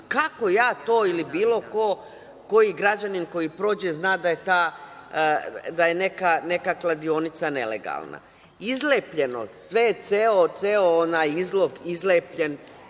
kako ja to ili bilo koji građanin koji prođe zna da je neka kladionica nelegalna? Izlepljeno je sve, ceo onaj izlog izlepljen,